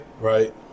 Right